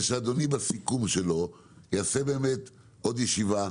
שאדוני בסיכום שלו יעשה עוד ישיבה,